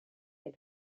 est